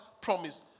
promise